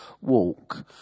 walk